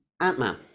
Ant-Man